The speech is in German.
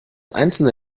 einzelne